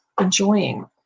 enjoying